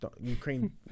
Ukraine